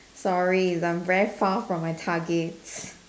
sorry is I'm very far from my targets